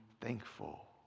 thankful